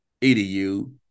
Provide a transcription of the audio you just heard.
EDU